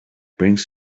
brings